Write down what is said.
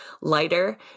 lighter